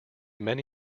many